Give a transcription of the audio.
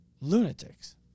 lunatics